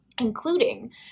including